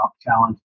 challenge